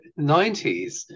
90s